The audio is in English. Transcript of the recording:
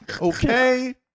Okay